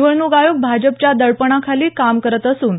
निवडणूक आयोग भाजपच्या दडपणाखाली काम करत असून